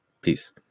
Peace